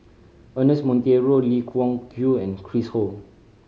Ernest Monteiro Lee Wung Yew and Chris Ho